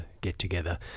get-together